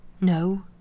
No